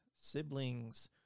Siblings